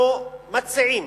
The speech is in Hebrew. אנחנו מציעים